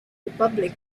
republic